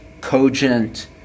cogent